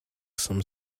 some